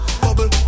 Bubble